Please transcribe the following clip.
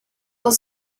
was